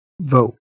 vote